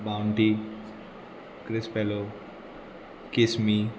Bounty क्रिस्पेलो किसमी